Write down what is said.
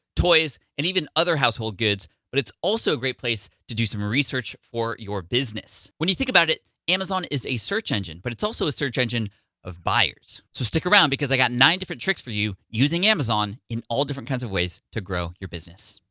toys, and even other household goods, but it's also a great place to do some research for your business. when you think about it, amazon is a search engine, but it's also a search engine of buyers. so stick around, because i've got nine different tricks for you using amazon in all different kinds of ways to grow your business.